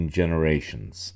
generations